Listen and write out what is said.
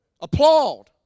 Applaud